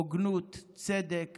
הוגנות וצדק